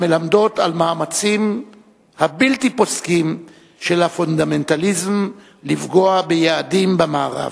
המלמדות על המאמצים הבלתי-פוסקים של הפונדמנטליזם לפגוע ביעדים במערב.